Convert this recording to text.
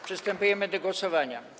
Przystępujemy do głosowania.